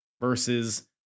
versus